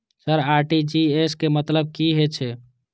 Sir RTGS के मतलब की हे छे?